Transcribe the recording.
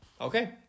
Okay